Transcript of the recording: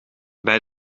bij